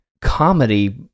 comedy